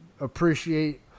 appreciate